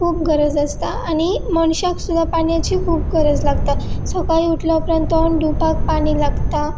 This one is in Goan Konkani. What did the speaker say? खूब गरज आसता आनी मनशाक सुद्दा पानयची खूब गरज लागता सकाळी उठल्या उपरांत तोंड धुवपाक पानी लागता